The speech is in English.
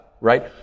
right